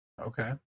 Okay